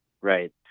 right